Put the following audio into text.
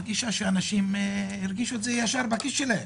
האנשים הרגישו את זה ישר בכיס שלהם.